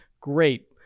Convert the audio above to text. great